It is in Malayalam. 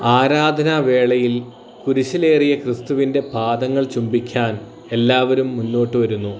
ആരാധനാവേളയിൽ കുരിശിലേറിയ ക്രിസ്തുവിൻ്റെ പാദങ്ങൾ ചുംബിക്കാൻ എല്ലാവരും മുന്നോട്ടുവരുന്നു